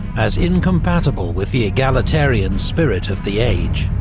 as incompatible with the egalitarian spirit of the age.